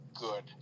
Good